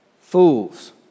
Fools